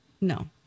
no